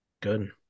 Good